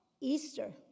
Easter